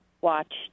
watched